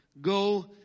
Go